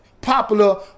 popular